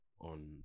on